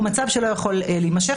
לא יכול להימשך.